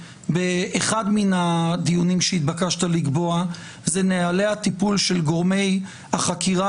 שאחד מן הדיונים שהתבקשת לקבוע זה נוהלי הטיפול של גורמי החקירה